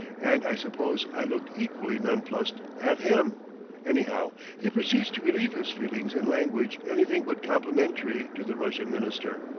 and i suppose i looked equally nonplussed at him anyhow, he proceeds to relieve his feelings in language anything but complimentary to the russian minister.